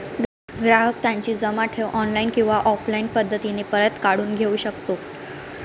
ग्राहक त्याची जमा ठेव ऑनलाईन किंवा ऑफलाईन पद्धतीने परत काढून घेऊ शकतो